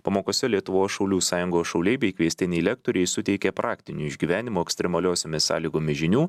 pamokose lietuvos šaulių sąjungos šauliai bei kviestiniai lektoriai suteikė praktinių išgyvenimo ekstremaliosiomis sąlygomis žinių